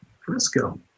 Frisco